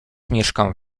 mieszkam